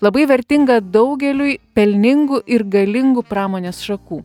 labai vertinga daugeliui pelningų ir galingų pramonės šakų